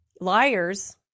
liars